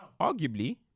Arguably